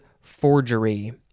forgery